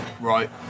Right